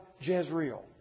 Jezreel